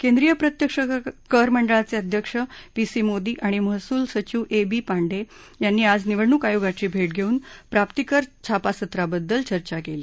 केंद्रीय प्रत्यक्ष कर मंडळाचे अध्यक्ष पी सी मोदी आणि महसूल सचिव ए बी पांडे यांनी आज निवडणूक आयोगाची भेट घेऊन प्राप्तीकर छापासत्रांबद्दल चर्चा केली